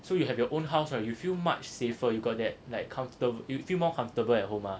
so you have your own house right you feel much safer you got that like comfortable you feel more comfortable at home ah